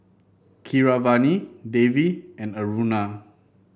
Keeravani Devi and Aruna